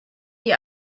die